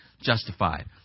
justified